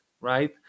right